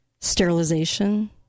sterilization